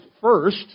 first